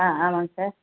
ஆ ஆமாங்க சார்